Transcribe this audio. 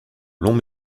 long